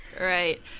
Right